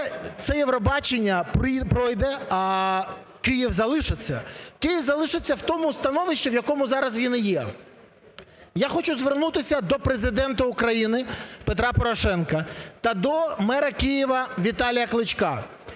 це "Євробачення" пройде, а Київ залишиться, Київ залишиться в тому становищі, в якому зараз він і є. Я хочу звернутися до Президента України Петра Порошенка та до мера Києва Віталія Кличка.